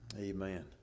Amen